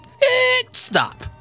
stop